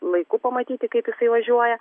laiku pamatyti kaip jisai važiuoja